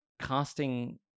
casting